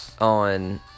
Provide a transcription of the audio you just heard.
on